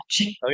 okay